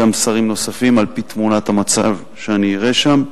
שרים נוספים בתמונת המצב שאני אראה שם.